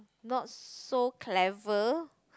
not so clever